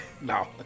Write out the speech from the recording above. No